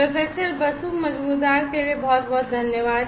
professor Basu Majumdar के लिए बहुत बहुत धन्यवाद